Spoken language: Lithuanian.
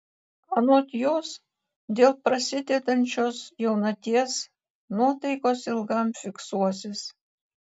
anot jos dėl prasidedančios jaunaties nuotaikos ilgam fiksuosis